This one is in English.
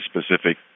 specific